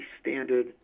standard